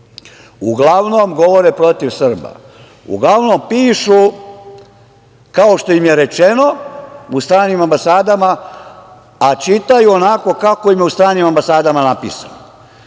Uglavnom govore protiv Srba. Uglavnom pišu kao što im je rečeno u stranim ambasadama, a čitaju onako kako im je u stranim ambasadama napisano.